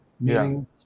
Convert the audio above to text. meaning